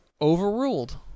overruled